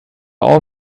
all